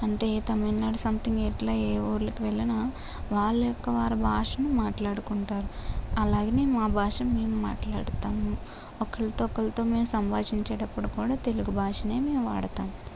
అంటే తమిళనాడు సమ్తింగ్ ఏట్ల ఏ ఊళ్ళకు వెళ్ళిన వాళ్ళ యొక్క వారి భాషను మాట్లాడుకుంటారు అలాగే మా భాషను మేము మాట్లాడతాము ఒక్కరి ఒక్కరితో కూడా మేము సంభాషించేటప్పుడు కూడా తెలుగు భాష మేము వాడతాం